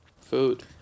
food